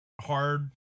hard